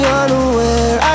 unaware